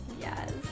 yes